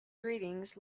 greetings